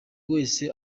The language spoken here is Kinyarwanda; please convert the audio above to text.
wese